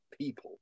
people